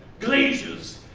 glazers,